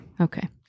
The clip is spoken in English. Okay